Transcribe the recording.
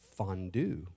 Fondue